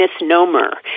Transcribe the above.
misnomer